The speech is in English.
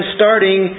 starting